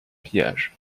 pillages